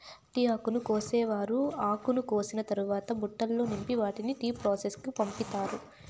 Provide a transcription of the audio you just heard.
tea ఆకును కోసేవారు ఆకును కోసిన తరవాత బుట్టలల్లో నింపి వాటిని టీ ప్రాసెస్ కు పంపిత్తారు